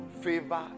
favor